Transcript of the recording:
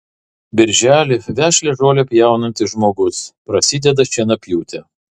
birželį vešlią žolę pjaunantis žmogus prasideda šienapjūtė